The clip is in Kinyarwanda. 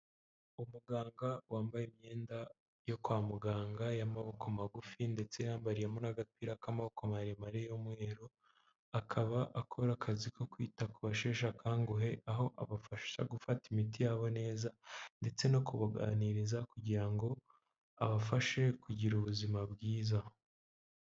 Umuganga wambaye imyenda yo kwa muganga y'amaboko magufi ndetse yambariyemo n'agapira k'amaboko maremare y'umweru, akaba akora akazi ko kwita ku basheshe akanguhe, aho abafasha gufata imiti yabo neza ndetse no kubaganiriza kugira ngo abafashe kugira ubuzima bwiza.